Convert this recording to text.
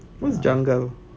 what's janggal